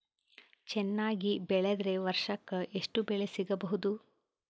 ಚೆನ್ನಾಗಿ ಬೆಳೆದ್ರೆ ವರ್ಷಕ ಎಷ್ಟು ಬೆಳೆ ಸಿಗಬಹುದು?